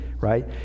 right